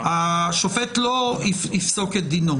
השופט לא יפסוק את דינו.